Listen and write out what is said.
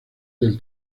del